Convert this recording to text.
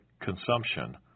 consumption